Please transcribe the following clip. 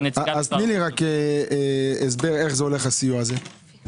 נמצאת כאן נציגת משרד החוץ.